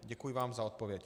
Děkuji vám za odpověď.